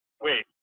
Wait